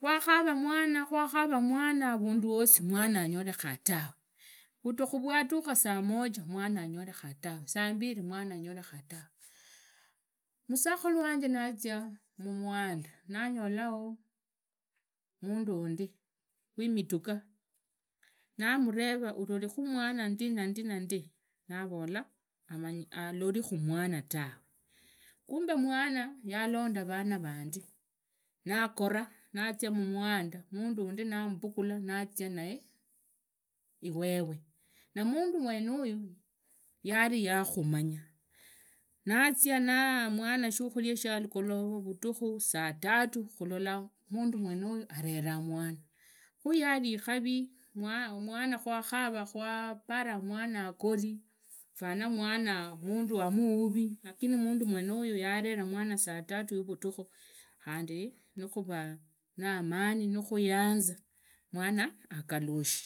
Kwakhara mwana kwakhara mwana mundu wosi mwana anyolekha tawe vutukhu rwadukha samoja mwana anyolekha tawe saa mbili mwana angolekha tawe musakhu wanje nazia mumuhanda nanyoloo mundu wundi wimituka namureva ololikhu mwana yalonda vana vandi nagora nazia mumuhanda nagora mundu wandi nambugula nazia naye iwewe na mundu mwenaya yari yakhumanya nazi naa mwana shukhuria shahalugolova vutukhu saa tatu ulola mundu mwenuyu averaa mwana kha yari vikazi kwaparanga mwana hagori fana mwana mwana mundu amuhuvi lamni mundu mwenuya yavera mwana saa tutu ya vudhukhu khandi ninuvaa naamini nikhuyanza mwana ghalushe